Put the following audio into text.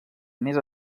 més